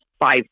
five